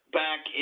back